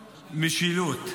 משילות.